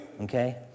okay